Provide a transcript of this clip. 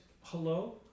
hello